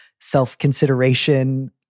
self-consideration